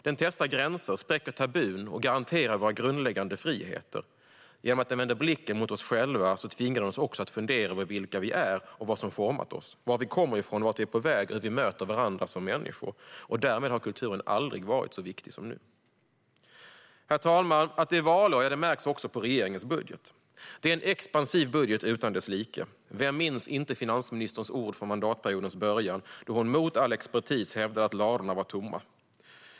Den testar gränser, spräcker tabun och garanterar våra grundläggande friheter. Genom att den vänder blicken mot oss själva tvingar den oss också att fundera över vilka vi är och vad som format oss - var vi kommer från och vart vi är på väg och hur vi möter varandra som människor. Därmed har kulturen aldrig varit så viktig som nu. Herr talman! Att det är valår märks också på regeringens budget. Det är en expansiv budget utan dess like. Vem minns inte finansministerns ord från mandatperiodens början, då hon mot all expertis hävdade att ladorna var tomma.